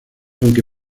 aunque